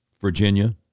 Virginia